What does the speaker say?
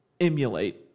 emulate